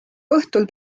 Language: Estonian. õhtul